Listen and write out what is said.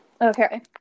Okay